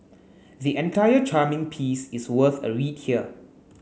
the entire charming piece is worth a read here